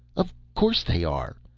of course they are,